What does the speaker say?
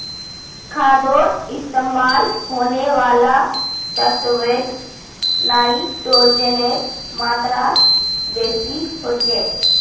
खादोत इस्तेमाल होने वाला तत्वोत नाइट्रोजनेर मात्रा बेसी होचे